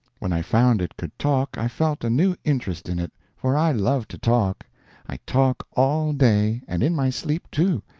when i found it could talk i felt a new interest in it, for i love to talk i talk, all day, and in my sleep, too,